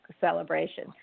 celebration